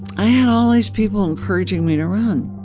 i had all these people encouraging me to run.